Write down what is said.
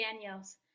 Daniels